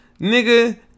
Nigga